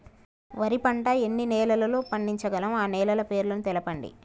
వరి పంట ఎన్ని నెలల్లో పండించగలం ఆ నెలల పేర్లను తెలుపండి?